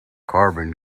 carbon